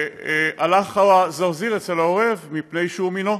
והלך הזרזיר אצל העורב, מפני שהוא מינו.